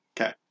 Okay